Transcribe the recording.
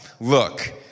look